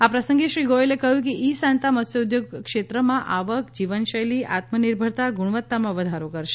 આ પ્રસંગે શ્રી ગોયલે કહ્યું કે ઇ સાન્તા મત્સ્યોદ્યોગ ક્ષેત્રમાં આવક જીવનશૈલી આત્મનિર્ભરતા ગુણવત્તામાં વધારો કરશે